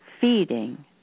feeding